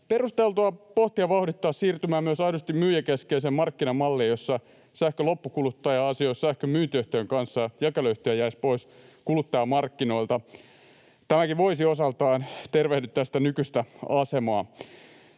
perusteltua pohtia ja vauhdittaa siirtymää myös aidosti myyjäkeskeiseen markkinamalliin, jossa sähkön loppukuluttaja asioisi sähkönmyyntiyhtiön kanssa ja jakeluyhtiö jäisi pois kuluttajamarkkinoilta. Tämäkin voisi osaltaan tervehdyttää sitä nykyistä asemaa.